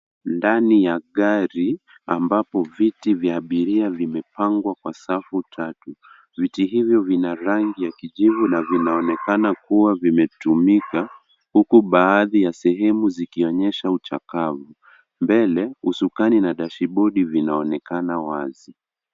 Ndani ya gari ambabo viti vya abiria vimepangwa kwa safu tatu. Viti hivi vina rangi ya kijivu na vinaonekana kuwa vimetumika huku baadhi ya sehemu zikionyesha uchakavu. Mbele na dashbodi vinaonekana wazi.